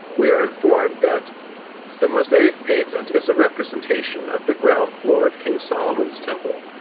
we are informed that the mosaic pavement is a representation of the ground-floor of king solomon's temple,